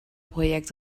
project